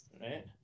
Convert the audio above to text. Right